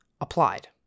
applied